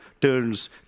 turns